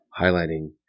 highlighting